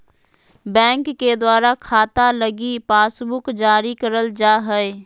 bank के द्वारा खाता लगी पासबुक जारी करल जा हय